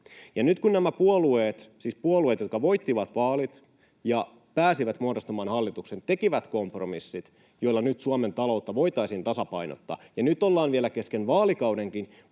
nyt kun nämä puolueet, jotka voittivat vaalit ja pääsivät muodostamaan hallituksen, tekivät kompromissit, joilla nyt Suomen taloutta voitaisiin tasapainottaa — ja nyt ollaan vielä kesken vaalikaudenkin